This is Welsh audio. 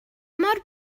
mor